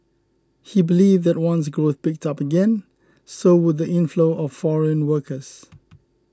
he believed that once growth picked up again so would the inflow of foreign workers